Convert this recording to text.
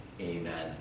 Amen